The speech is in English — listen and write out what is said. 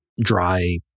dry